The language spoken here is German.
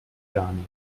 daniel